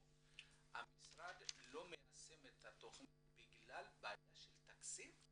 המשרד לא מיישם את התכנית בגלל בעיה של תקציב?